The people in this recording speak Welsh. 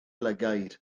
lygaid